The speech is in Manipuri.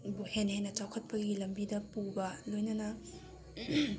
ꯕꯨ ꯍꯦꯟꯅ ꯍꯦꯟꯅ ꯆꯥꯎꯈꯠꯄꯒꯤ ꯂꯝꯕꯤꯗ ꯄꯨꯕ ꯂꯣꯏꯅꯅ